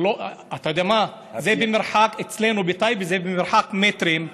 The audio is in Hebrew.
אתה יודע מה, אצלנו בטייבה זה במרחק מטרים.